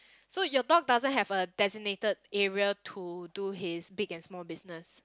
so you dog doesn't have a designated area to do his big and small business